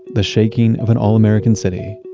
the shaking of an all-american city,